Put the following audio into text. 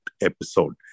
episode